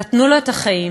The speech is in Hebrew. נתנו לו את החיים,